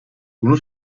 bunu